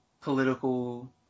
political